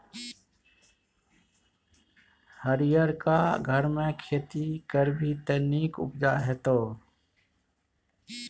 हरियरका घरमे खेती करभी त नीक उपजा हेतौ